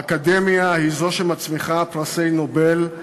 האקדמיה היא זו שמצמיחה פרסי נובל,